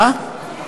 מה?